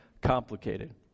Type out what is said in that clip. complicated